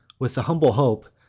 with the humble hope,